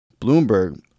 Bloomberg